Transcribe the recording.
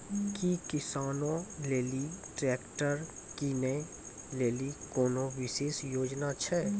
कि किसानो लेली ट्रैक्टर किनै लेली कोनो विशेष योजना छै?